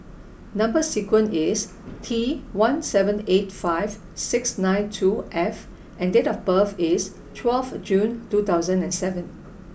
number sequence is T one seven eight five six nine two F and date of birth is twelfth June two thousand and seven